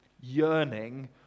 yearning